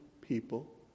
people